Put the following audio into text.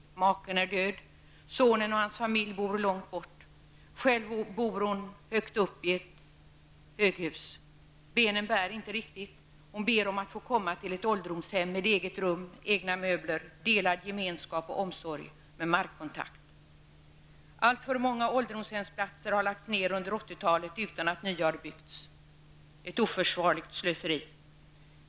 Maken är död, och sonen och hans familj bor långt borta. Själv bor hon högt uppe i ett höghus. Benen bär inte riktigt. Hon ber om att få komma till ett ålderdomshem med eget rum, egna möbler, delad gemenskap, omsorg och markkontakt. Alltför många ålderdomshemsplatser har lagts ned under 80-talet utan att nya har byggts. Detta är ett oförsvarligt slöseri.